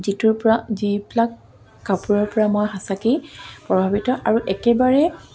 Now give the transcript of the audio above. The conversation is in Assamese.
যিটোৰ পৰা যিবিলাক কাপোৰৰ পৰা মই সঁচাকেই প্ৰভাৱিত আৰু একেবাৰে